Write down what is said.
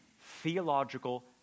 theological